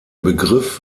begriff